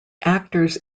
actors